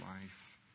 life